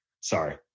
Sorry